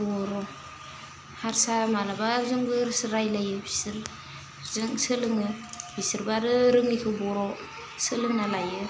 बर' हारसा मालाबा जोंबो रायलायो बिसोरजों सोलोङो बिसोरबो आरो रोङैखौ बर' सोलोंना लायो